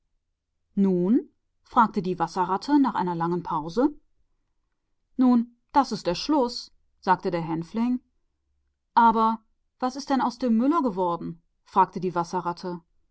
nun und sagte der wasserratz nach einer langen pause nun das ist der schluß sagte der grünspecht und was ist denn aus dem müller geworden fragte der wasserratz